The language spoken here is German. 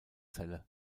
celle